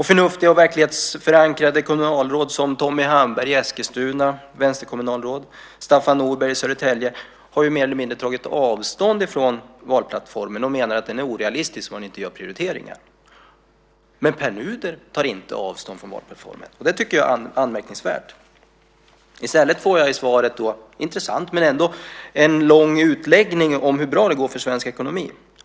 Förnuftiga och verklighetsförankrade vänsterkommunalråd som Tommy Hamberg i Eskilstuna och Staffan Norberg i Södertälje har ju mer eller mindre tagit avstånd ifrån valplattformen och menar att den är orealistisk om man inte gör prioriteringar. Men Pär Nuder tar inte avstånd från valplattformen, och det tycker jag är anmärkningsvärt. I stället får jag i svaret en lång utläggning - intressant, men ändå - om hur bra det går för svensk ekonomi.